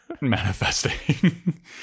manifesting